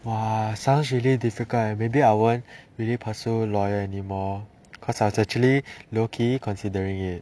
!wah! sounds really difficult leh maybe I won't really pursue lawyer anymore cause I was actually low key considering it